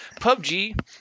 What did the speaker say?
PUBG